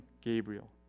Gabriel